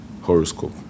horoscope